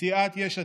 סיעת יש עתיד,